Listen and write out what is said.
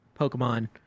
Pokemon